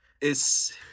it's-